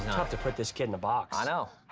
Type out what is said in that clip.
to put this kid in a box. i know.